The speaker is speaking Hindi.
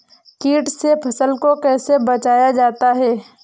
कीट से फसल को कैसे बचाया जाता हैं?